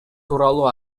тууралуу